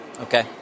Okay